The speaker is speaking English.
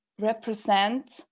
represent